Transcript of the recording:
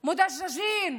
מוכנים,